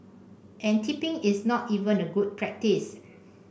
and tipping is not even a good practice